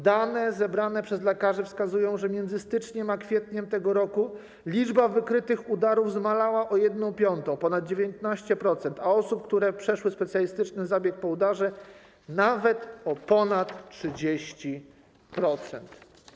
Dane zebrane przez lekarzy wskazują, że między styczniem a kwietniem tego roku liczba wykrytych udarów zmalała o 1/5, ponad 19%, a osób, które przeszły specjalistyczny zabieg po udarze - nawet o ponad 30%.